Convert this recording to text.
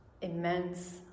immense